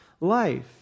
life